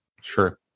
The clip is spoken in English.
Sure